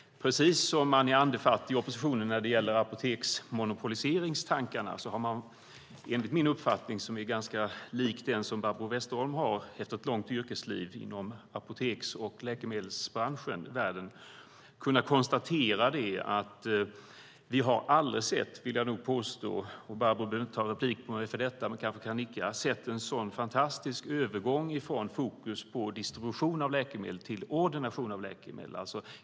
I oppositionen är man andefattig när det gäller apoteksmonopoliseringstankarna. Vi har dock enligt min uppfattning, som är ganska lik den Barbro Westerholm har efter ett långt yrkesliv i apoteks och läkemedelsvärlden, aldrig sett en sådan fantastisk övergång från fokus på distribution av läkemedel till ordination av läkemedel.